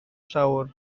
llawr